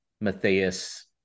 Matthias